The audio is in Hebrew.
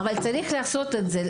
אפשר לעשות את זה,